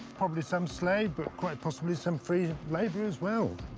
probably some slave, but quite possibly some free labor as well.